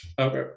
Okay